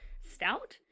stout